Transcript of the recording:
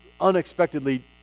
unexpectedly